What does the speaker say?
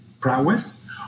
prowess